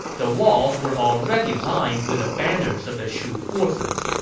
the walls were already lined with the banners of the shu forces.